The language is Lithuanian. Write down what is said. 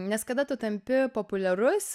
nes kada tu tampi populiarus